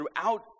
throughout